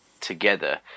together